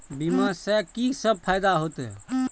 बीमा से की सब फायदा होते?